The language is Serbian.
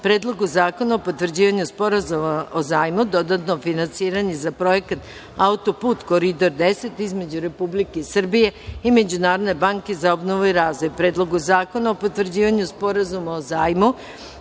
Predlogu zakona o potvrđivanju Sporazuma o zajmu (Dodatno finansiranje za Projekat autoput Koridor 10) između Republike Srbije i Međunarodne banke za obnovu i razvoj, Predlogu zakona o potvrđivanju Sporazuma o zajmu